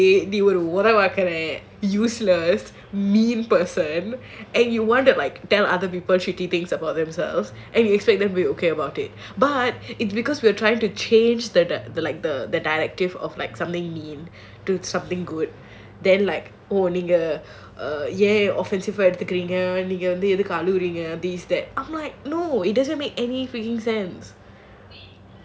basically they would or நீ ஒரு ஓதவக்கார:nee oru odhavakaara useless mean person and you want to like tell other people treaty things about themselves and you expect them to be okay about it but it's because we're trying to change the directive of something mean to something good oh நீங்க ஏன்:neenga yaen offensive ah எடுத்துக்குறீங்க நீங்க வந்து எதுக்கு அழுவுறீங்க:eduthukureenga neenga vandhu edhuku aluvureenga I'm like no it doesn't make any freaking sense